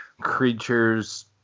creatures